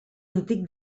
antic